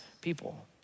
people